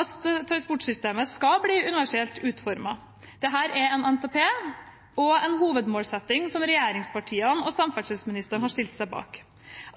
at transportsystemet skal bli universelt utformet. Dette er en NTP og en hovedmålsetting som regjeringspartiene og samferdselsministeren har stilt seg bak.